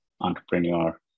entrepreneur